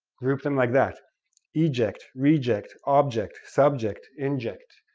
group them like that eject, reject, object, subject, inject.